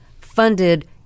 funded